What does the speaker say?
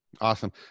Awesome